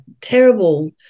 terrible